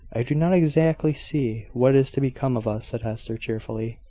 i do not exactly see what is to become of us, said hester, cheerfully.